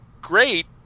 great